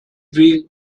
been